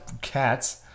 cats